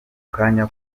kanya